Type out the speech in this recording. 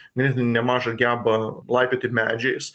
ganėtinai nemažą gebą laipioti medžiais